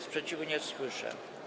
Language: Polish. Sprzeciwu nie słyszę.